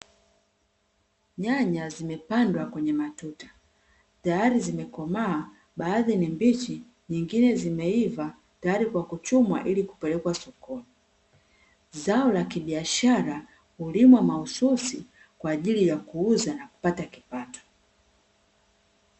Nyanya zimepandwa kwenye matuta; tayari zimekomaa, baadhi ni mbichi, nyingine zimeiva tayari kwa kuchumwa ili kupelekwa sokoni. Zao la kibiashara hulimwa mahususi kwa ajili ya kuuza na kupata kipato.